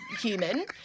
human